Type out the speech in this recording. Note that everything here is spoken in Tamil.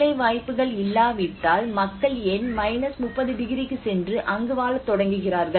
வேலை வாய்ப்புகள் இல்லாவிட்டால் மக்கள் ஏன் 30 டிகிரிக்குச் சென்று அங்கு வாழத் தொடங்குவார்கள்